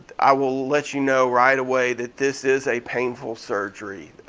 i will let you know right away that this is a painful surgery.